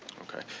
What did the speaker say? okay.